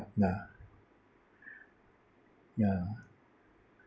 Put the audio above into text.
nah ya